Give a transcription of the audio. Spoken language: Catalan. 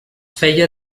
feia